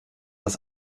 das